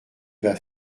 vas